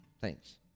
Thanks